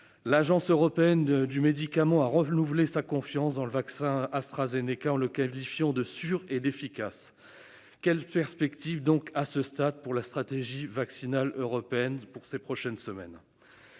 L'Agence européenne des médicaments a renouvelé sa confiance dans le vaccin AstraZeneca, en le qualifiant de sûr et d'efficace. Quelles sont les perspectives de la stratégie vaccinale européenne pour ces prochaines semaines ?